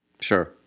Sure